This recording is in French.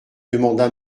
demanda